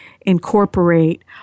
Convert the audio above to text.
incorporate